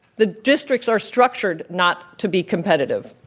the districts are structured not to be competitive